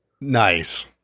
Nice